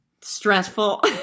stressful